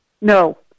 No